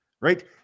right